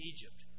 Egypt